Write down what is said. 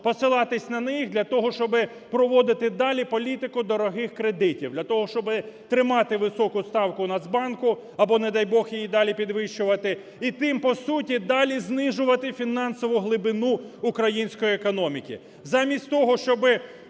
посилатися на них для того, щоби проводити далі політику дорогих кредитів, для того, щоби тримати високу ставку Нацбанку або не дай, Бог, її далі підвищувати, і тим по суті далі знижувати фінансову глибину української економіки.